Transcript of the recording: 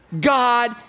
God